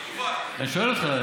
אני שואל אותך,